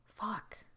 Fuck